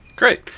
Great